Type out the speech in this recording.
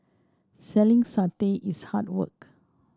selling satay is hard work